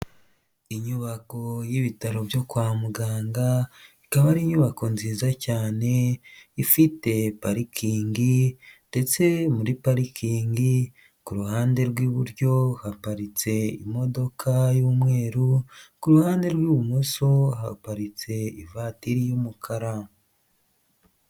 Inyubako y'ibitaro byo kwa muganga ikaba ari inyubako nziza cyane ifite parikingi ndetse muri parikingi ku ruhande rw'iburyo haparitse imodoka y'umweru, ku ruhande rw'ibumoso haparitse ivatiri y'umukara.